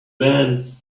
van